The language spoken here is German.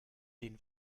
den